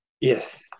yes